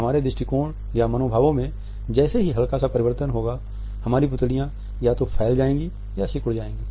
हमारे दृष्टिकोण या मनोभाव में जैसे ही हल्का सा परिवर्तन होगा हमारी पुतलियाँ या तो फैल जाएंगी या सिकुड़ जाएँगी